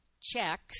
checks